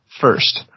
first